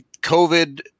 COVID